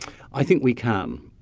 i think we can.